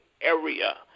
area